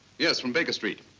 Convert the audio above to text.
yes, from bakers street.